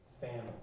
family